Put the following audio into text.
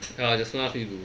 ya jasmond ask me to do